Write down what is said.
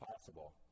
possible